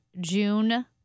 June